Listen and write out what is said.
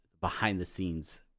behind-the-scenes